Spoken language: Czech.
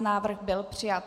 Návrh byl přijat.